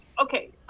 Okay